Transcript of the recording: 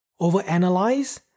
overanalyze